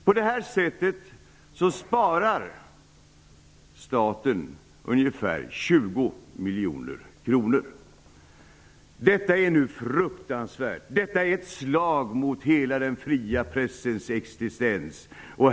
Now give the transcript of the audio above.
På detta sätt sparar staten ungefär 20 miljoner kronor. Detta är fruktansvärt. Detta är ett slag mot hela den fria pressens existens.